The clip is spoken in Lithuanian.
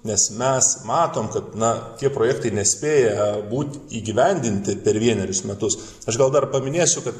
nes mes matom kad na tie projektai nespėja būt įgyvendinti per vienerius metus aš gal dar paminėsiu kad